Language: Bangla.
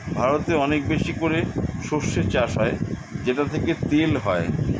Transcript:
ভারতে অনেক বেশি করে সরষে চাষ হয় যেটা থেকে তেল হয়